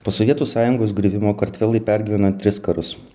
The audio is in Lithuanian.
po sovietų sąjungos griuvimo kartvelai pergyveno tris karus